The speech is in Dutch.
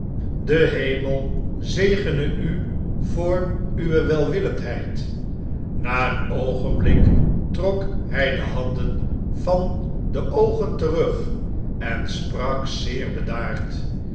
l e hemelzegene u vooruwewelwillendheid na een oogenblik trok hij de handenvande oogen terug en sprak zeer bedaard